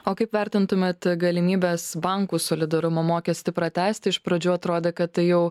o kaip vertintumėt galimybes bankų solidarumo mokestį pratęsti iš pradžių atrodė kad tai jau